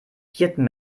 hirten